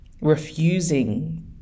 refusing